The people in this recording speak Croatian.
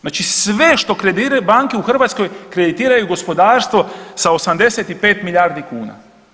Znači sve što kreditiraju banke u Hrvatskoj kreditiraju gospodarstvo sa 85 milijardi kuna.